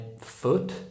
foot